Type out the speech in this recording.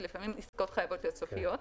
ולפעמים עסקאות חייבות להיות סופיות.